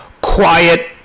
quiet